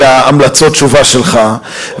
את המלצות התשובה שלך,